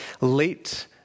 late